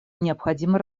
необходимо